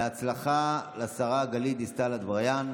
בהצלחה לשרה גלית דיסטל אטבריאן.